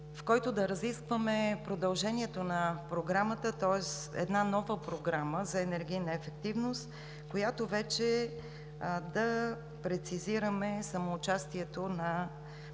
в който да разискваме продължението на Програмата, тоест една нова програма за енергийна ефективност, в която вече да прецизираме самоучастието на